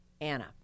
Anna